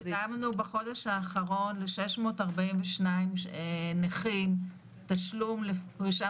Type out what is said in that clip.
בחודש האחרון שילמנו ל-642 נכים תשלום לפרישה